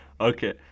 okay